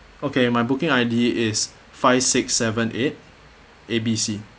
okay my booking I_D is five six seven eight A B C